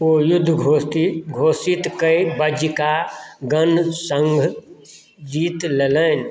ओ युद्ध घोषित कऽ वज्जिका गणसङ्घ जीत लेलनि